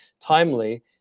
timely